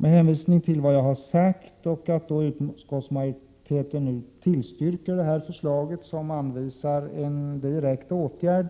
Med hänvisning till vad jag har sagt och till att utskottsmajoriteten tillstyrker det förslag som anvisar en direkt åtgärd